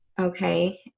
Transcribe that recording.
Okay